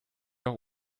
auch